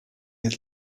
had